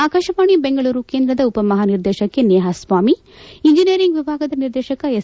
ಆಕಾಶವಾಣಿ ಬೆಂಗಳೂರು ಕೇಂದ್ರದ ಉಪಮಹಾನಿರ್ದೇಶಕಿ ನೇಹಾ ಸ್ವಾಮಿ ಇಂಜನಿಯಲಿಂಗ್ ವಿಭಾಗದ ನಿರ್ದೇಶಕ ಎಸ್